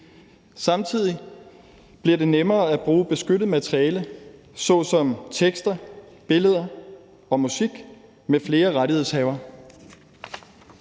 Samtidig bliver det nemmere at bruge beskyttet materiale såsom tekster, billeder og musik med flere rettighedshavere.